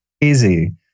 easy